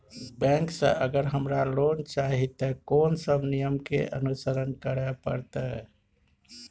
Bank से अगर हमरा लोन चाही ते कोन सब नियम के अनुसरण करे परतै?